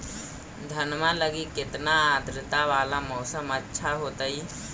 धनमा लगी केतना आद्रता वाला मौसम अच्छा होतई?